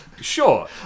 Sure